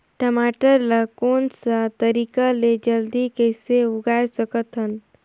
टमाटर ला कोन सा तरीका ले जल्दी कइसे उगाय सकथन?